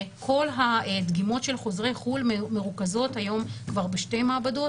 כל הדגימות של החוזרים מחו"ל מרוכזות היום בשתי מעבדות,